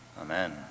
Amen